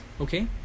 okay